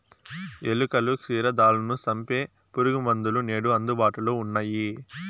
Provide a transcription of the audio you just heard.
ఎలుకలు, క్షీరదాలను సంపె పురుగుమందులు నేడు అందుబాటులో ఉన్నయ్యి